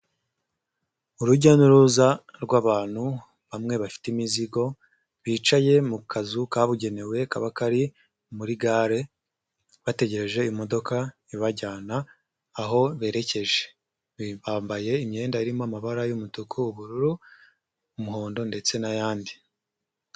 Urujya n'uruza rw'abantu, bamwe bafite imizigo, bicaye mu kazu kabugenewe, kaba kari muri gare, bategereje imodoka ibajyana, aho berekeje, bambaye imyenda irimo amabara y'umutuku, ubururu, umuhondo ndetse n'ayandi.